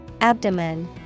Abdomen